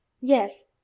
Yes